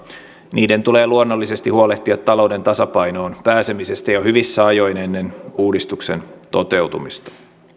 niiden tulee luonnollisesti huolehtia talouden tasapainoon pääsemisestä jo hyvissä ajoin ennen uudistuksen toteutumista